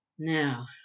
Now